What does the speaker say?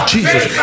Jesus